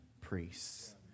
priests